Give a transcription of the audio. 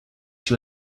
she